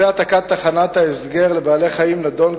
גורמת למטרדי ריח בלתי סבירים.